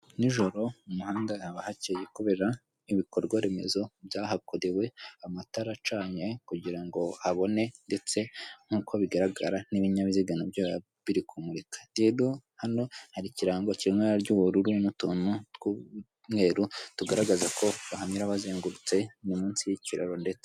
Nijoro mu muhanda haba hakeye kubera ibikorwaremezo byahakorewe, amatara acanye kugira ngo habone, ndetse nk'uko bigaragara n'ibinyabiziga na byo biba biri kumurika, rero hano hari ikirango kiri mu ry'ubururu n'utuntu tw'umweru tugaragaza ko bahayura bazengurutse munsi y'ikiraro ndetse.